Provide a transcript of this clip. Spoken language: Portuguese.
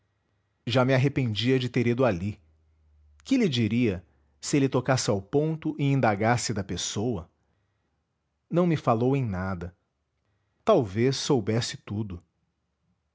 já me arrependia de ter ido ali que lhe diria se ele tocasse ao ponto e indagasse da pessoa não me falou em nada talvez soubesse tudo